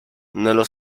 nello